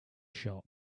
shop